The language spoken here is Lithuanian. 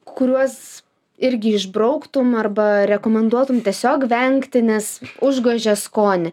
kuriuos irgi išbrauktum arba rekomenduotum tiesiog vengti nes užgožia skonį